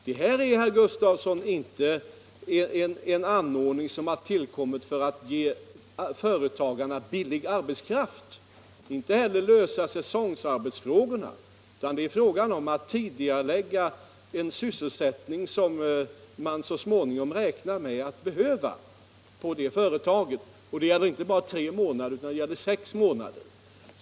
Det här är, herr Gustavsson i Alvesta, inte en anordning som har tillkommit för att ge företagarna billig arbetskraft och inte heller för att lösa säsongarbetsfrågorna, utan det rör sig om att tidigarelägga en sysselsättning som man så småningom räknar med att behöva inom företagen. Och det gäller inte bara tre månader utan det gäller sex månader.